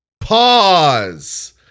pause